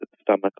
stomach